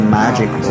magic